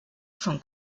von